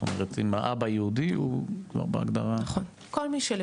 זאת אומרת, אם האבא יהודי הוא כבר בהגדרה.